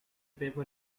paper